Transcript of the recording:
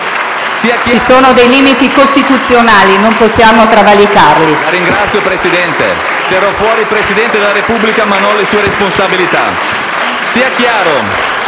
Ci sono dei limiti costituzionali e non possiamo travalicarli.